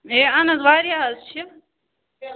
ہے اہَن حظ واریاہ حظ چھِ